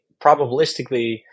probabilistically